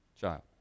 Child